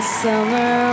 summer